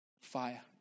fire